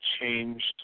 changed